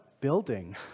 building